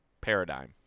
paradigm